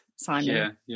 Simon